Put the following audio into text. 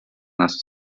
нас